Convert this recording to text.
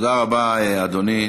תודה רבה, אדוני.